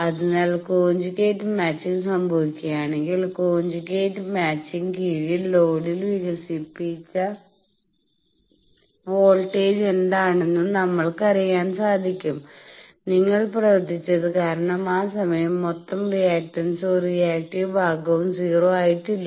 അതിനാൽ conjugate matching സംഭവിക്കുകയാണെങ്കിൽ conjugate മാച്ചിങ്ന് കീഴിൽ ലോഡിൽ വികസിപ്പിച്ച വോൾട്ടേജ് എന്താണെന്ന് നമ്മൾക്കറിയാം സാധിക്കും നിങ്ങൾ പ്രവർത്തിച്ചത് കാരണം ആ സമയം മൊത്തം റിയാക്റ്റൻസിൽ ഒരു റിയാക്ടീവ് ഭാഗവും 0 ആയിട്ടില്ല